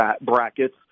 brackets